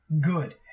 good